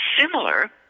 similar